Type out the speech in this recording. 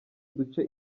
duce